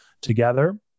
together